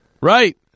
Right